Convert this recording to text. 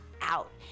out